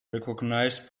recognized